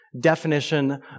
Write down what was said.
definition